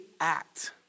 act